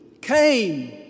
came